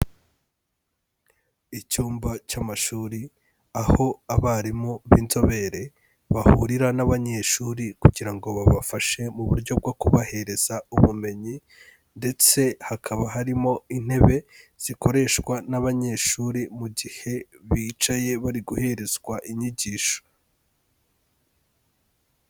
Icyumba cy'amashuri, aho abarimu b'inzobere bahurira n'abanyeshuri kugira ngo babafashe mu buryo bwo kubahereza ubumenyi, ndetse hakaba harimo intebe zikoreshwa n'abanyeshuri mu gihe bicaye bari guherezwa inyigisho.